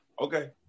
Okay